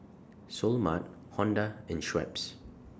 Seoul Mart Honda and Schweppes